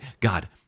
God